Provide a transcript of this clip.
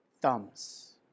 thumbs